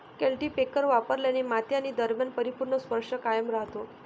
cultipacker वापरल्याने माती आणि दरम्यान परिपूर्ण स्पर्श कायम राहतो